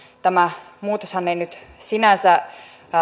tämä muutoshan ei nyt sinänsä